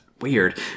weird